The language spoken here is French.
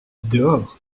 dehors